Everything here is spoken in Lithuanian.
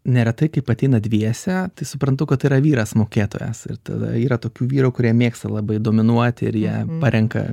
neretai kaip ateina dviese tai suprantu kad yra vyras mokėtojas ir tada yra tokių vyrų kurie mėgsta labai dominuoti ir jie parenka